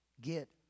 get